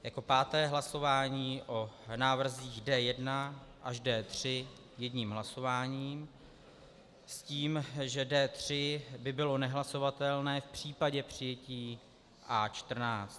Jako páté hlasování o návrzích D1 až D3 jedním hlasováním s tím, že D3 by bylo nehlasovatelné v případě přijetí A14.